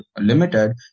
Limited